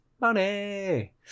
money